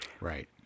Right